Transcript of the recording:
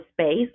space